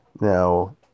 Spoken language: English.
Now